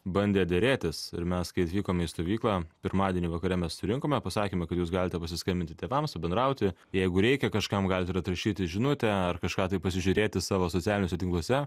bandė derėtis ir mes kai atvykome į stovyklą pirmadienį vakare mes surinkome pasakėme kad jūs galite pasiskambinti tėvams pabendrauti jeigu reikia kažkam galit ir atrašyti žinutę ar kažką tai pasižiūrėti savo socialiniuose tinkluose